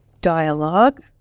Dialogue